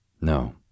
No